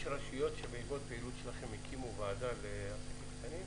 יש רשויות שבעקבות פעילות שלכם הקימו ועדה לעסקים קטנים?